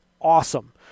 awesome